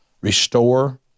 restore